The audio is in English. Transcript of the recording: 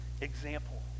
example